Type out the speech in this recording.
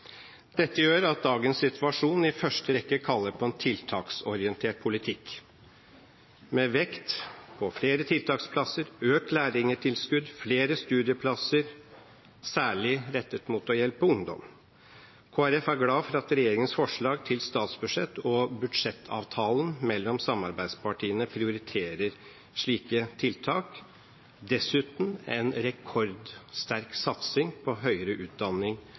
Dette gjør at dagens situasjon i første rekke kaller på en tiltaksorientert politikk, med vekt på flere tiltaksplasser, økt lærlingtilskudd og flere studieplasser, særlig rettet mot å hjelpe ungdom. Kristelig Folkeparti er glad for at regjeringens forslag til statsbudsjett og budsjettavtalen mellom samarbeidspartiene prioriterer slike tiltak, dessuten en rekordsterk satsing på høyere utdanning,